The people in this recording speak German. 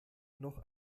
noch